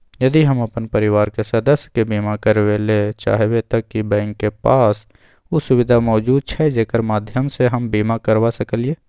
यदि हम अपन परिवार के सदस्य के बीमा करबे ले चाहबे त की बैंक के पास उ सुविधा मौजूद छै जेकर माध्यम सं हम बीमा करबा सकलियै?